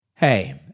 Hey